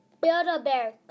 Build-A-Bear